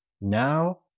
now